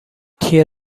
تیر